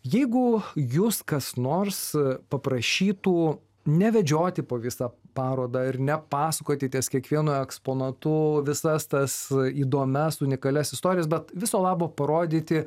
jeigu jus kas nors paprašytų nevedžioti po visą parodą ir nepasakoti ties kiekvienu eksponatu visas tas įdomias unikalias istorijas bet viso labo parodyti